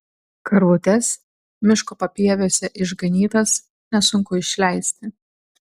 karvutes miško papieviuose išganytas nesunku išleisti